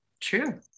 True